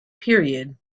period